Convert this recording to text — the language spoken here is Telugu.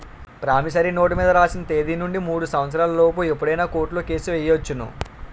ప్రామిసరీ నోటు మీద రాసిన తేదీ నుండి మూడు సంవత్సరాల లోపు ఎప్పుడైనా కోర్టులో కేసు ఎయ్యొచ్చును